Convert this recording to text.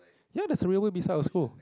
ya there's a railway beside our school